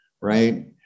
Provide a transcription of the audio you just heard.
right